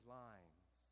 lines